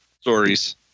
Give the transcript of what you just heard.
stories